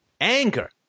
anger